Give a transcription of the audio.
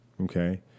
okay